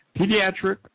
Pediatric